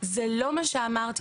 זה לא מה שאמרתי.